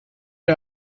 mir